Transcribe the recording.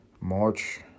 March